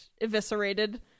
eviscerated